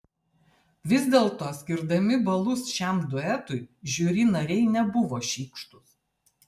vis dėlto skirdami balus šiam duetui žiuri nariai nebuvo šykštūs